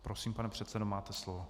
Prosím, pane předsedo, máte slovo.